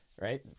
right